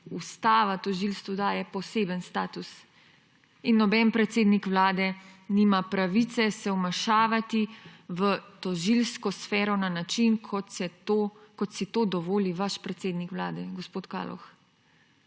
ustava tožilstvu daje poseben status. Noben predsednik Vlade se nima pravice vmešavati v tožilsko sfero na način, kot si to dovoli vaš predsednik Vlade, gospod Kaloh.